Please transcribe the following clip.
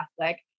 Catholic